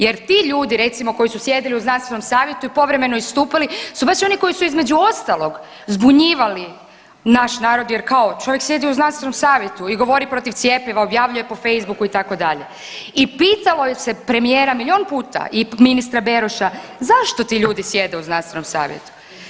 Jer ti ljudi recimo koji su sjedili u znanstvenom savjetu i povremeno istupali su baš oni koji su između ostalog zbunjivali naš narod jer kao čovjek sjedi u znanstvenom savjetu i govori protiv cjepiva objavljuje po Facebooku itd. i pitalo se je premijera milion puta i ministra Beroša zašto ti ljudi sjede u znanstvenom savjetu.